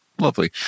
lovely